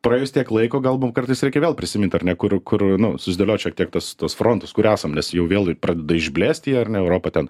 praėjus tiek laiko gal mum kartais reikia vėl prisimint ar ne kur kur nu susidėliot šiek tiek tas tuos frontus kur esam nes jau vėl pradeda išblėsti jie ar ne europa ten